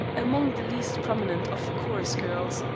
among the least prominent of the chorus girls,